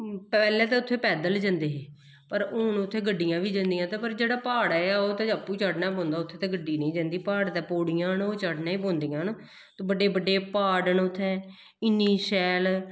पैह्लें ते उत्थें पैदल जंदे हे पर हून उत्थें गड्डियां बी जंदियां ते पर जेह्ड़ा प्हाड़ ऐ ओह् ते आपूं चढ़ना पौंदा उत्थें ते गड्डी निं जंदी प्हाड़े ते पौड़ियां न ओह् चढ़ने पौंदियां न ते बड्डे बड्डे प्हाड़ न उत्थें इन्नी शैल